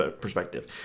perspective